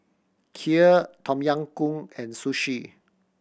Kheer Tom Yam Goong and Sushi